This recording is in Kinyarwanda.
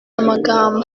amagambo